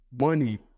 money